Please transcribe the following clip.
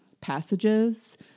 passages